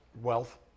wealth